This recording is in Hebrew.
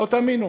לא תאמינו.